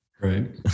Right